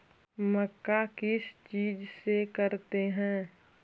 मक्का किस चीज से करते हैं?